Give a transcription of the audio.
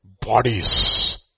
Bodies